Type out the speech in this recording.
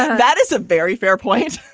that is a very fair point.